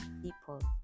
people